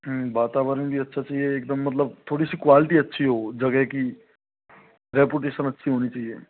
वातावरण भी अच्छा चहिए एकदम मतलब थोड़ी सी क्वालिटी अच्छी हो जगह की रेपुटेशन अच्छी होनी चहिए